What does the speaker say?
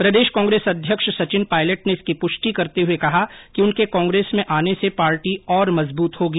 प्रदेश कांग्रेस अध्यक्ष सचिन पायलट ने इसकी पुष्टि करते हुए कहा कि उनके कांग्रेस में आने से पार्टी और मजबूत होगी